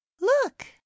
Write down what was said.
look